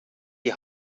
die